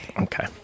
Okay